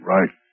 Right